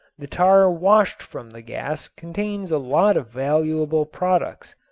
the tar washed from the gas contains a lot of valuable products.